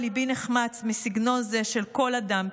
וליבי נחמץ מסגנון זה של כל אדם,